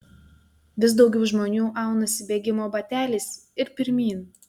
vis daugiau žmonių aunasi bėgimo bateliais ir pirmyn